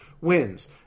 wins